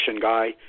guy